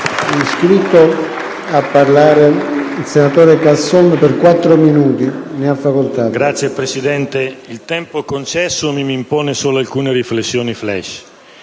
Signor Presidente, il tempo concessomi mi impone solo alcune riflessioni-*flash*.